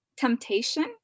temptation